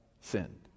sinned